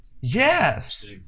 Yes